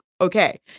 Okay